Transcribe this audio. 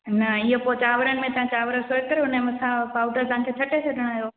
न इहो पोइ चांवर में तव्हां चांवर सोए करे उनजे मथां उहो पाउडर तव्हांखे छटे छॾिणियो